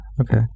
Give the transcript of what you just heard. Okay